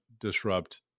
disrupt